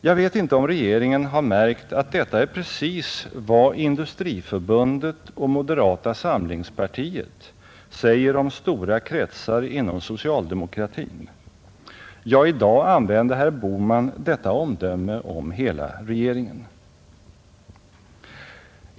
Jag vet inte om regeringen har märkt att detta är precis vad Industriförbundet och moderata samlingspartiet säger om stora kretsar inom socialdemokratin — ja, i dag använde herr Bohman detta omdöme om hela regeringen.